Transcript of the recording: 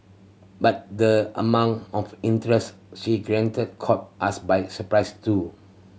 but the amount of interest she generated caught us by surprise too